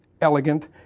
elegant